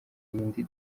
indi